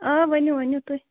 آ ؤنِو ؤنِو تُہۍ